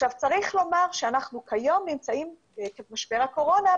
צריך לומר שאנחנו כיום נמצאים, עקב משבר הקורונה,